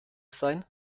sein